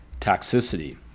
toxicity